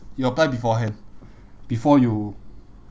you apply beforehand before you